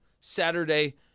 Saturday